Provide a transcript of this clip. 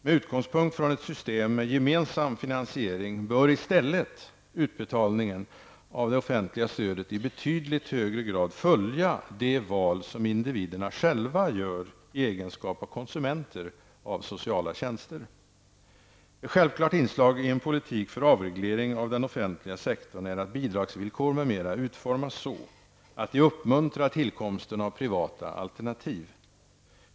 Med utgångspunkt från ett system med gemensam finansiering bör i stället utbetalningen av det offentliga stödet i betydligt högre grad följa de val som individerna själva gör i egenskap av konsumenter av sociala tjänster. Ett självklart inslag i en politik för avreglering av den offentliga sektorn är att bidragsvillkor m.m. utformas så att de uppmuntrar tillkomsten av privata alternativ.